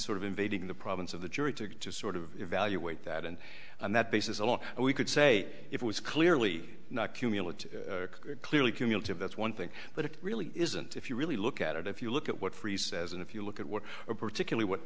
sort of invading the province of the jury to sort of evaluate that and on that basis alone we could say it was clearly not cumulative clearly cumulative that's one thing but it really isn't if you really look at it if you look at what freeh says and if you look at what particular what